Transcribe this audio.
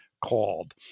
Called